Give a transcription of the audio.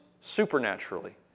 supernaturally